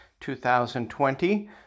2020